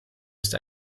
ist